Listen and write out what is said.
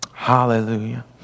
Hallelujah